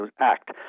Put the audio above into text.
Act